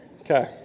Okay